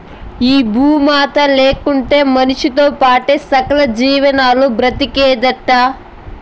ఈ భూమాతే లేకుంటే మనిసితో పాటే సకల జీవాలు బ్రతికేదెట్టా